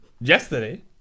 Yesterday